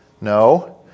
No